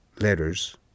letters